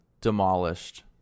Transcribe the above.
demolished